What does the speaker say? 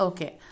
Okay